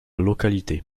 localité